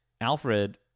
Alfred